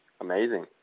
amazing